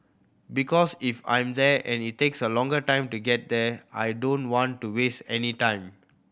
because if I'm there and it takes a long time to get there I don't want to waste any time